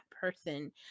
person